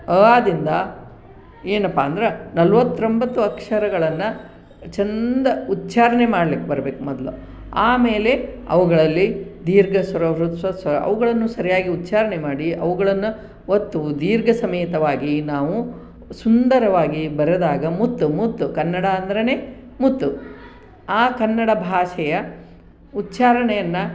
ಆ ದಿಂದ ಏನಪ್ಪ ಅಂದರೆ ನಲವತ್ತೊಂಬತ್ತು ಅಕ್ಷರಗಳನ್ನು ಚೆಂದ ಉಚ್ಛಾರಣೆ ಮಾಡ್ಲಿಕ್ಕೆ ಬರ್ಬೇಕು ಮೊದಲು ಆಮೇಲೆ ಅವುಗಳಲ್ಲಿ ದೀರ್ಘ ಸ್ವರ ಹ್ರಸ್ವ ಸ್ವರ ಅವುಗಳನ್ನು ಸರಿಯಾಗಿ ಉಚ್ಛಾರಣೆ ಮಾಡಿ ಅವುಗಳನ್ನು ಒತ್ತು ದೀರ್ಘ ಸಮೇತವಾಗಿ ನಾವು ಸುಂದರವಾಗಿ ಬರೆದಾಗ ಮುತ್ತು ಮುತ್ತು ಕನ್ನಡ ಅಂದ್ರೆ ಮುತ್ತು ಆ ಕನ್ನಡ ಭಾಷೆಯ ಉಚ್ಛಾರಣೆಯನ್ನು